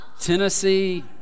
Tennessee